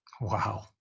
Wow